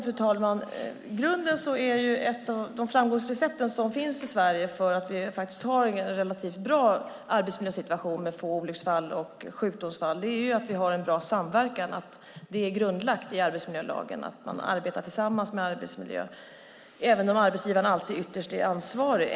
Fru talman! Ett av framgångsrecepten i Sverige för vår relativt goda arbetsmiljösituation med få olycksfall och sjukdomsfall är att vi har en bra samverkan. Det är grundlagt i arbetsmiljölagen att man arbetar tillsammans, även om arbetsgivaren alltid är ytterst ansvarig.